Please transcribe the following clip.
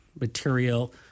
material